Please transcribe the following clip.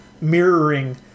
mirroring